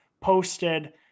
posted –